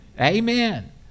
Amen